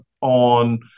on